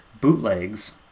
bootlegs